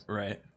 right